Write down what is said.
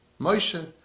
Moshe